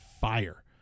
fire